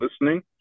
listening